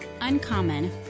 Uncommon